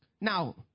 Now